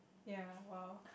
ya wow